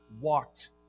walked